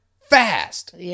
fast